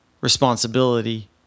responsibility